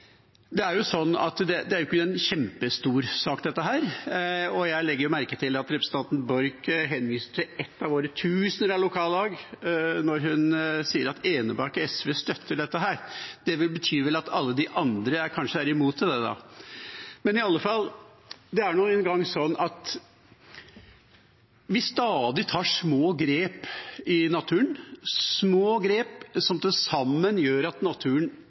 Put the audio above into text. er jo ikke en kjempestor sak, og jeg legger merke til at representanten Borch henviser til et av våre tusener av lokallag når hun sier at Enebakk SV støtter dette. Det betyr vel at alle de andre kanskje er imot det. I alle fall er det nå engang slik at vi stadig tar små grep i naturen – små grep som til sammen gjør at naturen